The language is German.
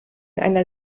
einer